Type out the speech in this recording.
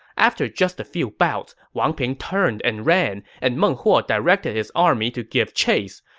after just a few bouts, wang ping turned and ran, and meng huo directed his army to give chase.